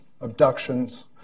abductions